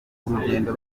urugendo